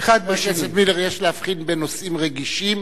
חבר הכנסת מילר, יש להבחין בין נושאים רגישים